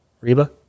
Reba